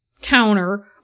counter